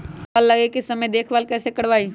फल लगे के समय देखभाल कैसे करवाई?